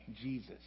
Jesus